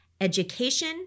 education